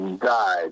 died